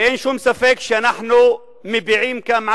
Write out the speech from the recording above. ואין שום ספק שאנחנו מביעים כאן,